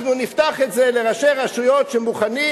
אנחנו נפתח את זה לראשי רשויות שמוכנים,